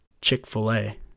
Chick-fil-A